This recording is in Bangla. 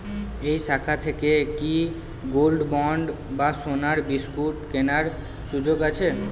এই শাখা থেকে কি গোল্ডবন্ড বা সোনার বিসকুট কেনার সুযোগ আছে?